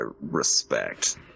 respect